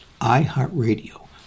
iHeartRadio